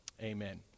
Amen